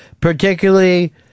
Particularly